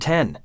Ten